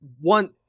one